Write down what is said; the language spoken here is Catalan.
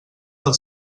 del